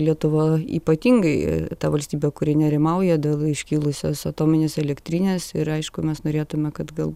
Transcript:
lietuva ypatingai ta valstybė kuri nerimauja dėl iškilusios atominės elektrinės ir aišku mes norėtume kad gal